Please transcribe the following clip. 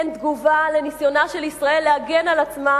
הן תגובה על ניסיונה של ישראל להגן על עצמה,